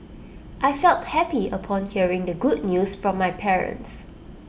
I felt happy upon hearing the good news from my parents